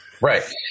Right